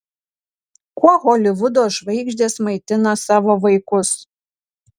kuo holivudo žvaigždės maitina savo vaikus